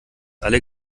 alle